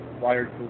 Wired